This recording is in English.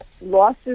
losses